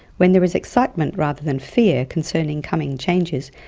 when there is excitement rather than fear concerning coming changes,